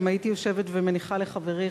גם הייתי יושבת ומניחה לחברי,